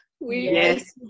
Yes